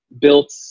built